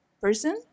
person